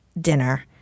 dinner